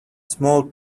small